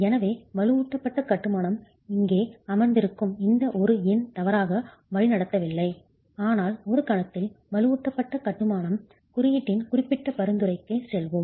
எனவே வலுவூட்டப்பட்ட கட்டுமானம் இங்கே அமர்ந்திருக்கும் இந்த ஒரு எண் தவறாக வழிநடத்தவில்லை ஆனால் ஒரு கணத்தில் வலுவூட்டப்பட்ட கட்டுமானம் குறியீட்டின் குறிப்பிட்ட பரிந்துரைக்கு செல்வோம்